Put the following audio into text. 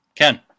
Ken